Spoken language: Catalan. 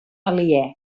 aliè